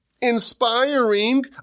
inspiring